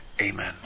amen